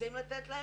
רוצים לתת להם,